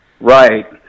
Right